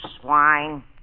swine